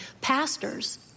Pastors